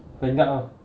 bengad lor